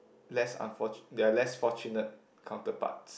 less unfortune their less fortunate counterparts